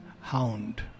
hound